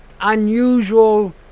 unusual